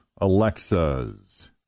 Alexa's